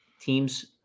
teams